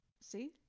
See